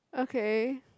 okay